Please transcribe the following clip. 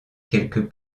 quelques